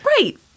Right